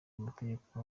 amategeko